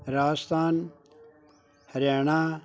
Rajasthan Haryana